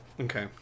Okay